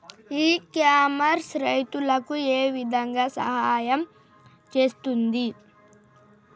ఇ commerce రైతులకు ఏ విధంగా సహాయం చేస్తుంది?